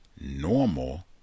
normal